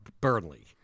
Burnley